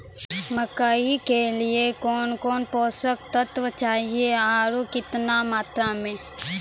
मकई के लिए कौन कौन पोसक तत्व चाहिए आरु केतना मात्रा मे?